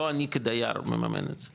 לא אני כדייר מממן את זה.